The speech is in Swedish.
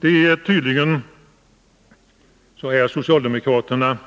Det är tydligen så socialdemokraternas